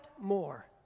more